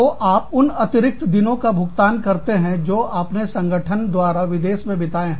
तो आप उन अतिरिक्त दिनों का भुगतान करते हैं जो अपने संगठन द्वारा विदेशों में बिताए हैं